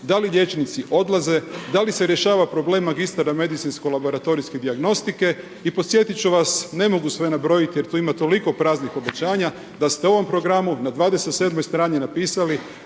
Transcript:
Da li liječnici odlaze? Da li se rješava problem magistara medicinsko-laboratorijske dijagnostike? I podsjetit ću vas, ne mogu sve nabrojati jer tu ima toliko praznih obećanja, da ste ovom programu na 27. strani napisali